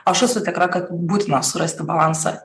aš esu tikra kad būtina surasti balansą